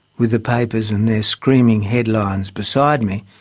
with the papers and their screaming headlines beside me,